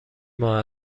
ماه